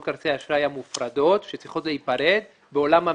כרטיסי האשראי המופרדות שצריכות להיפרד בעולם המימון.